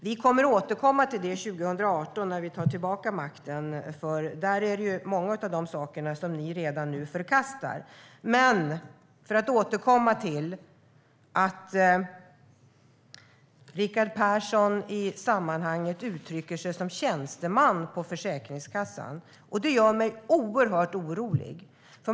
Vi kommer att återkomma till detta 2018, när vi tar tillbaka makten, för många av de sakerna förkastar ni redan nu. Jag vill återkomma till att Rickard Persson i sammanhanget uttrycker sig som tjänsteman på Försäkringskassan. Det gör mig oerhört orolig.